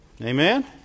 Amen